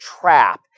trap